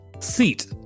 Seat